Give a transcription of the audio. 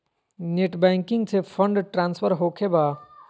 Net banking से fund transfer होखें बा?